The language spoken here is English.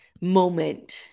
moment